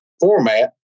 format